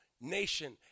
nation